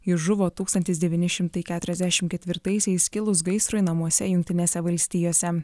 jis žuvo tūkstantis devyni šimtai keturiasdešimt ketvirtaisiais kilus gaisrui namuose jungtinėse valstijose